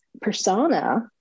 persona